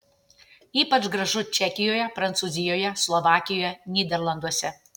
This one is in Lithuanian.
ypač gražu čekijoje prancūzijoje slovakijoje nyderlanduose